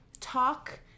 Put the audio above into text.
talk